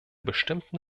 bestimmten